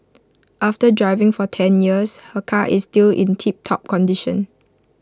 after driving for ten years her car is still in tiptop condition